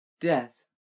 Death